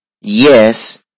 yes